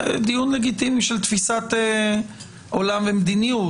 זה דיון לגיטימי של תפיסת עולם ומדיניות.